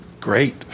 Great